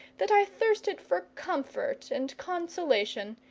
that i thirsted for comfort and consolation,